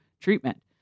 treatment